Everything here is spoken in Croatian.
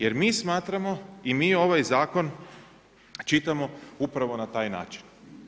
Jer mi smatramo i mi ovaj Zakon čitamo upravo na taj način.